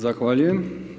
Zahvaljujem.